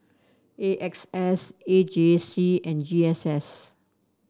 A X S A J C and G S S